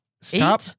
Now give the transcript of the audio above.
Stop